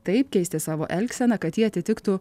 taip keisti savo elgseną kad ji atitiktų